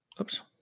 Oops